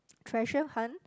treasure hunt